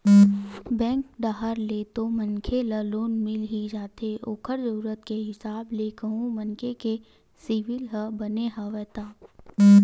bank डाहर ले तो मनखे ल लोन मिल ही जाथे ओखर जरुरत के हिसाब ले कहूं मनखे के सिविल ह बने हवय ता